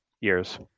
years